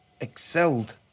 excelled